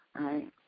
right